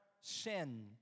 sin